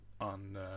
on